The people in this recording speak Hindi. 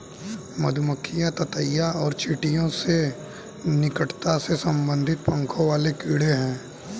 मधुमक्खियां ततैया और चींटियों से निकटता से संबंधित पंखों वाले कीड़े हैं